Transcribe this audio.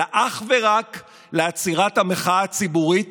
אלא אך ורק לעצירת המחאה הציבורית